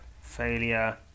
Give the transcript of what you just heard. failure